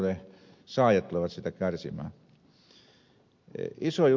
iso juttu josta tuossa ed